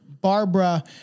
Barbara